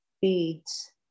beads